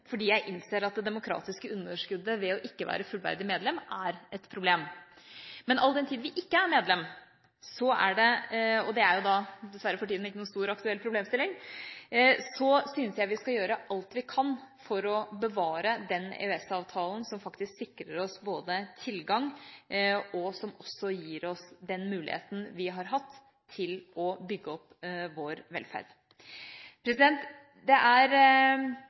fordi jeg innser at det demokratiske underskuddet ved ikke å være fullverdig medlem er et problem. Men all den tid vi ikke er medlem – det er for tida dessverre ikke noen stor, aktuell problemstilling – syns jeg vi skal gjøre alt vi kan for å bevare den EØS-avtalen som faktisk både sikrer oss tilgang og gir oss den muligheten vi har hatt til å bygge opp vår velferd. Det er